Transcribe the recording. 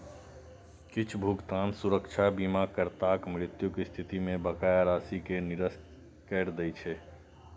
किछु भुगतान सुरक्षा बीमाकर्ताक मृत्युक स्थिति मे बकाया राशि कें निरस्त करै दै छै